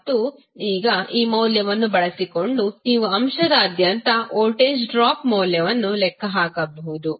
ಮತ್ತು ಈಗ ಈ ಮೌಲ್ಯವನ್ನು ಬಳಸಿಕೊಂಡು ನೀವು ಅಂಶದಾದ್ಯಂತ ವೋಲ್ಟೇಜ್ ಡ್ರಾಪ್ ಮೌಲ್ಯವನ್ನು ಲೆಕ್ಕ ಹಾಕಬಹುದು